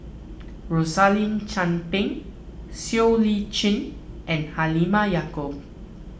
Rosaline Chan Pang Siow Lee Chin and Halimah Yacob